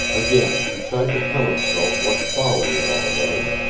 again he tried to tell himself what folly it all was,